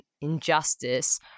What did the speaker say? injustice